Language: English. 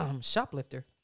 shoplifter